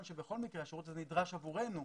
שבכל מקרה השירות הזה נדרש עבורנו,